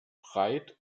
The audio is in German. breit